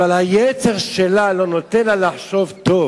אבל היצר שלה לא נותן לה לחשוב טוב.